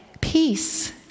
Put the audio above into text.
peace